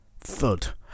Thud